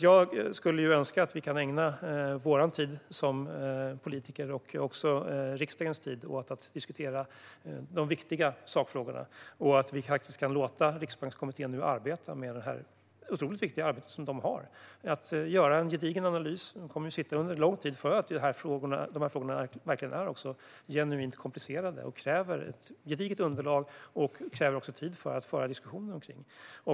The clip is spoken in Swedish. Jag skulle önska att vi kan ägna vår tid som politiker och också riksdagens tid åt att diskutera de viktiga sakfrågorna och låta Riksbankskommittén nu arbeta med detta otroligt viktiga arbete som de har med att göra en gedigen analys. De kommer att sitta under lång tid, för de här frågorna är genuint komplicerade och kräver ett gediget underlag och också tid för att föra diskussioner kring.